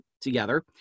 together